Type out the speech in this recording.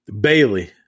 Bailey